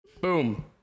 boom